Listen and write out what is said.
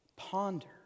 Ponder